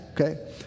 Okay